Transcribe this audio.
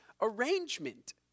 arrangement